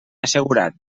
assegurat